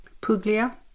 Puglia